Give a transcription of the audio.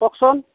কওকচোন